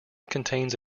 contains